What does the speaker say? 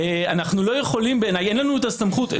אין לנו את הסמכות,